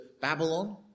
Babylon